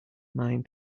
mind